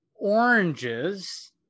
oranges